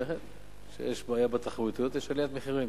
כשיש בעיה בתחרותיות יש עלייה במחירים,